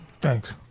Thanks